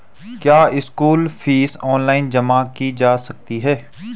क्या school fees online जमा की जा सकती है?